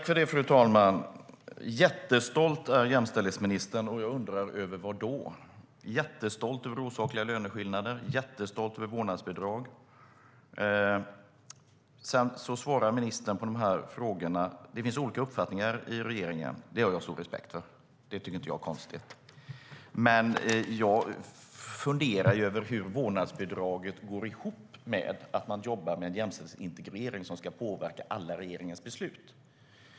Fru talman! Jättestolt är jämställdhetsministern. Jag undrar över vad. Hon är jättestolt över osakliga löneskillnader och jättestolt över vårdnadsbidrag. Ministern säger att det finns olika uppfattningar i regeringen, och det har jag stor respekt för. Det tycker jag inte är konstigt. Men jag funderar över hur vårdnadsbidraget går ihop med att man jobbar med jämställdhetsintegrering som ska påverka alla regeringens beslut.